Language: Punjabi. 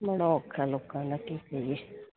ਬੜਾ ਔਖਾ ਲੋਕਾਂ ਦਾ ਕੀ ਕਰੀਏ